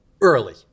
Early